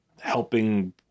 helping